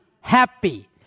happy